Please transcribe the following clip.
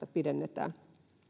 päästä pidennetään